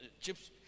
chips